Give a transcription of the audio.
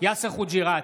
יאסר חוג'יראת,